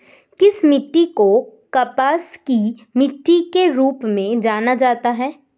किस मिट्टी को कपास की मिट्टी के रूप में जाना जाता है?